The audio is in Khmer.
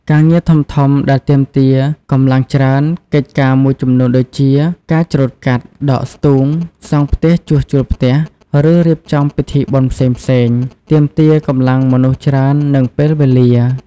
ការងារធំៗដែលទាមទារកម្លាំងច្រើន កិច្ចការមួយចំនួនដូចជា ការច្រូតកាត់ ដកស្ទូង សង់ផ្ទះជួសជុលផ្ទះ ឬរៀបចំពិធីបុណ្យផ្សេងៗ ទាមទារកម្លាំងមនុស្សច្រើន និងពេលវេលា។